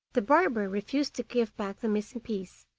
the barber refused to give back the missing piece,